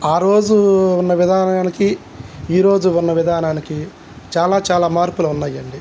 ఆ రోజు ఉన్న విధానానికి ఈరోజు ఉన్న విధానానికి చాలా చాలా మార్పులు ఉన్నాయండి